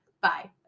Bye